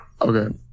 Okay